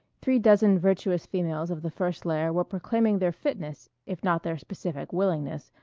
three dozen virtuous females of the first layer were proclaiming their fitness, if not their specific willingness,